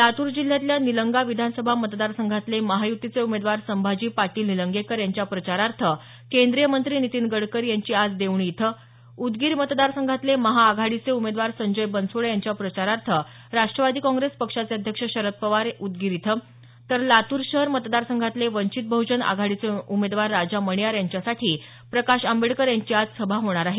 लातूर जिल्ह्यातल्या निलंगा विधानसभा मतदारसंघातले महाय्तीचे उमेदवार संभाजी पाटील निलंगेकर यांच्या प्रचारार्थ केंद्रीय मंत्री नितीन गडकरी यांची आज देवणी इथं उदगीर मतदारसंघातले महाआघाडीचे उमेदवार संजय बनसोडे यांच्या प्रचारार्थ राष्टवादी काँप्रेस पक्षाचे अध्यक्ष शरद पवार उदगीर इथं तर लातूर शहर मतदारसंघातले वंचित बहजन आघाडीचे उमेदवार राजा मणियार यांच्यासाठी प्रकाश आंबेडकर यांची आज सभा होणार आहेत